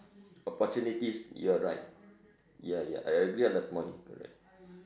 opportunities you are right ya ya I agree on that point correct